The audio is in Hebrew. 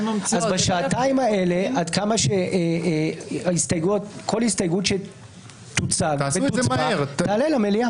אז בשעתיים האלה עד כמה שכל הסתייגות שתוצג ותוצבע תעלה למליאה.